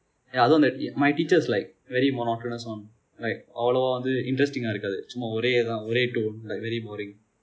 eh அதுவும் அந்த:athuvum andtha my teachers like very monotonous one like அவ்வளவா வந்து:avvalavaa vandthu interesting இருக்காது சும்மா ஓரே தான் ஓரே :irukkathu summaa oree thaan oree tone like very boring